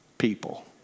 people